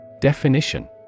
Definition